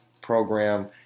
program